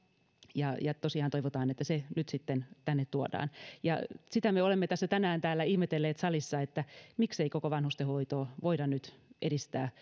ja ja tosiaan toivotaan että se nyt sitten tänne tuodaan ja sitä me olemme tässä tänään ihmetelleet salissa miksei koko vanhustenhoitoa voida nyt edistää